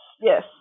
yes